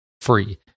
free